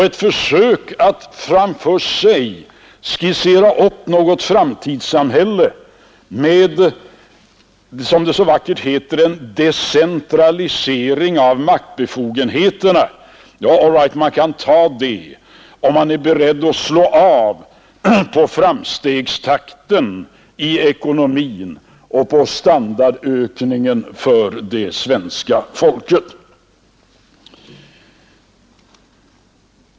Ett försök att framför sig skissera upp något framtidssamhälle med som det så vackert heter en decentralisering av maktbefogenheterna kan man göra endast om man är beredd att slå av på framstegstakten i ekonomin och på standardökningen för det svenska folket.